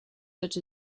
such